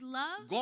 love